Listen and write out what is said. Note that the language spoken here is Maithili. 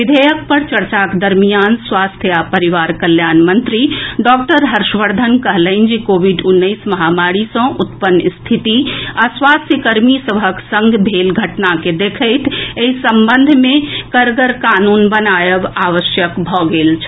विधेयक पर चर्चाक दरमियान स्वास्थ्य आ परिवार कल्याण मंत्री डॉक्टर हर्षवर्धन कहलनि जे कोविड उन्नैस महामारी सँ उत्पन्न रिथिति आ स्वास्थ्यकर्मी सभक संग भेल घटना के देखैत एहि संबंध मे कड़गर कानून बनाएब आवश्यक भऽ गेल छल